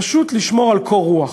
פשוט לשמור על קור רוח,